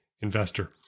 investor